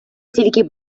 тільки